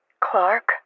Clark